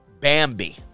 Bambi